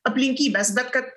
aplinkybes bet kad